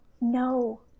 No